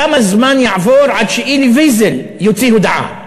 כמה זמן יעבור עד שאלי ויזל יוציא הודעה?